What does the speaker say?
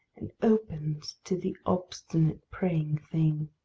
and opens to the obstinate praying thing.